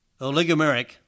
oligomeric